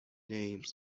names